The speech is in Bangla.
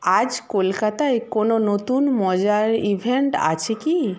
আজ কলকাতায় কোনও নতুন মজার ইভেন্ট আছে কি